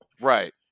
right